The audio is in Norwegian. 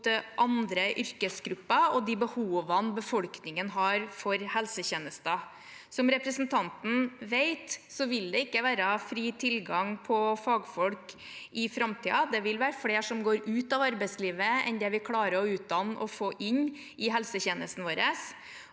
imot andre yrkesgrupper og de behovene befolkningen har for helsetjenester. Som representanten vet, vil det ikke være fri tilgang på fagfolk i framtiden. Det vil være flere som går ut av arbeidslivet enn det vi klarer å utdanne og få inn i helsetjenesten vår.